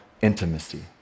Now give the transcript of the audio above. intimacy